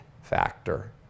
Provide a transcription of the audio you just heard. factor